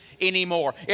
anymore